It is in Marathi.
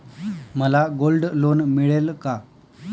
मला गोल्ड लोन मिळेल का?